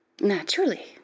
Naturally